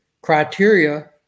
criteria